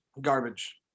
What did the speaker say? garbage